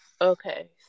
okay